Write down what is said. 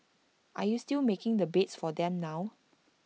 are you still making the beds for them now